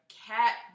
cat